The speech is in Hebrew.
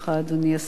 אדוני השר,